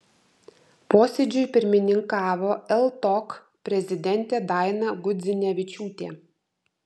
posėdžiui pirmininkavo ltok prezidentė daina gudzinevičiūtė